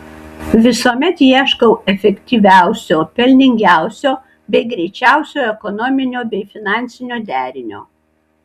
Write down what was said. visuomet ieškau efektyviausio pelningiausio bei greičiausio ekonominio bei finansinio derinio